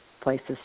places